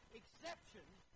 exceptions